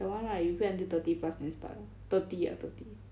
that [one] right you wait until thirty plus then start ah thirty ah thirty